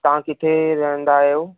तव्हां किथे रहंदा आहियो